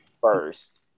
first